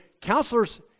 counselors